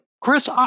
Chris